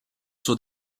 suo